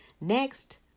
Next